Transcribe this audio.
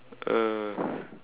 uh